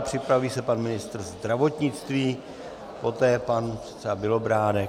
Připraví se pan ministr zdravotnictví, poté pan předseda Bělobrádek.